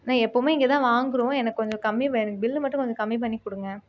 நான் எப்போயுமே இங்கே தான் வாங்குகிறோம் எனக்கு கொஞ்சம் கம்மி பண்ணி எனக்கு பில்லு மட்டும் கொஞ்சம் கம்மி பண்ணி கொடுங்க